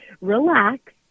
relax